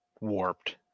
warped